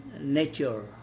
nature